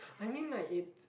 I mean like it's